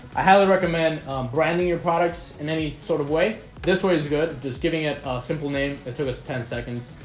i highly recommend branding your products in any sort of way this way is good just giving it a simple name at service of ten seconds,